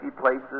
places